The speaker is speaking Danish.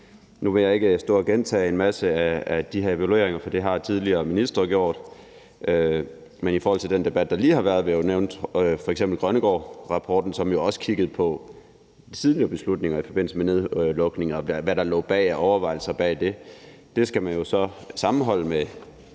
Nu vil jeg ikke stå og gentage en masse af de her evalueringer, for det har tidligere ministre gjort, men i forhold til den debat, der lige har været, vil jeg f.eks. nævne Grønnegårdrapporten, som jo også kiggede på tidligere beslutninger i forbindelse med nedlukninger, og hvad der lå af overvejelser bag det. Det skal man så sammenholde med